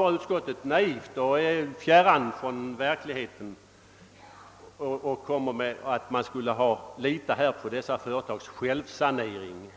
Men utskottet lever fjärran från verkligheten och menar bara att man borde lita på dessa företags självsanering.